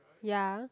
ya